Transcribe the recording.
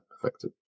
effective